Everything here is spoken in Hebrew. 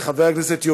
חברי חברי הכנסת,